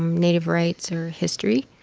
native rights, or history